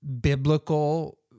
biblical